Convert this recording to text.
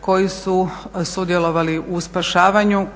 koji su sudjelovali u spašavanju